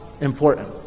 important